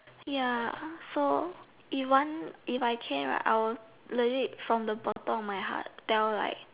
ya so even if I can right I will legit from the bottom of my heart tell like